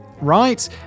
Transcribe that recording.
right